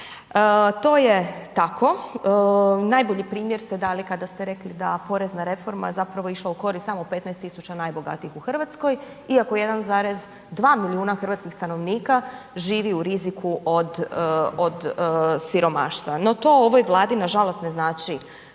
To je tako, najbolji primjer ste dali kada ste rekli da porezna reforma zapravo je išla u korist samo 15 tisuća najbogatijih u Hrvatskoj, iako 1,2 milijuna hrvatskih stanovnika živi u riziku od siromaštva. No to ovoj Vladi nažalost ne znači